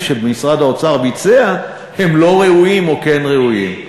שמשרד האוצר ביצע הם לא ראויים או כן ראויים.